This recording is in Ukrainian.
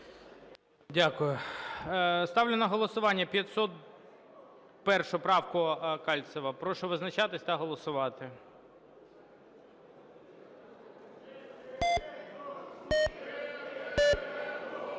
Дякую. Ставлю на голосування 501 правку Кальцева. Прошу визначатись та голосувати.